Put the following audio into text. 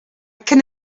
can